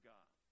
God